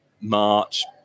March